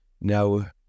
Now